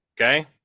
okay